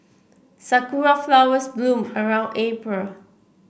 Sakura flowers bloom around April